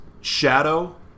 shadow